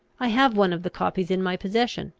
i have one of the copies in my possession,